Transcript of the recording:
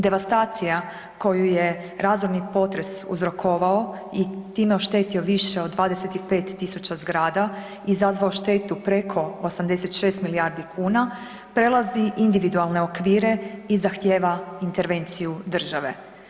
Devastacija koju je razorni potres uzrokovao i time oštetio više od 25000 zgrada i izazvao štetu preko 86 milijardi kuna prelazi individualne okvire i zahtjeva intervenciju države.